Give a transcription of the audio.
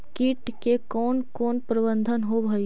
किट के कोन कोन प्रबंधक होब हइ?